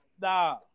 Nah